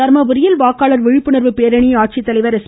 தர்மபுரியில் வாக்காளர் விழிப்புணர்வு பேரணியை ஆட்சித்தலைவர் எஸ்